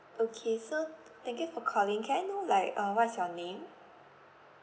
okay so thank you for calling can I know like uh what is your name